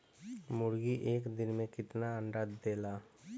मुर्गी एक दिन मे कितना अंडा देला?